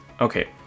Okay